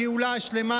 פקידי האוצר לא נותנים,